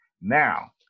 Now